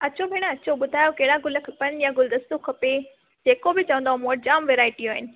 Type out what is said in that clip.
अचो भेण अचो ॿुधायो कहिड़ा गुल खपनि या गुलदस्तो खपे जेको बि चवंदव मूं वटि जामु वैराइटियूं आहिनि